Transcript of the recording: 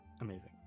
Amazing